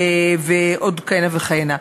ועוד כהנה וכהנה.